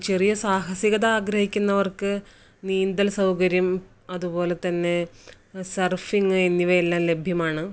ചെറിയ സാഹസികത ആഗ്രഹിക്കുന്നവര്ക്ക് നീന്തല് സൗകര്യം അതുപോലെ തന്നെ സര്ഫിംഗ് എന്നിവയെല്ലാം ലഭ്യമാണ്